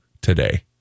today